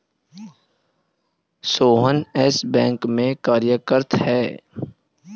Sohan Yes Bank में कार्यरत है